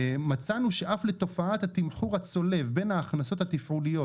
מצאנו שאף לתופעת התמחור הצולב בין ההכנסות התפעוליות